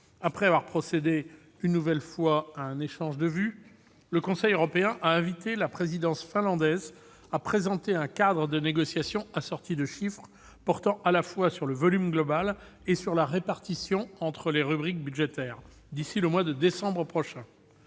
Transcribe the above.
Après avoir procédé, une nouvelle fois, à un « échange de vues », le Conseil européen a invité la présidence finlandaise à présenter un cadre de négociation assorti de chiffres, portant à la fois sur le volume global et sur la répartition entre les rubriques budgétaires d'ici au mois de décembre prochain.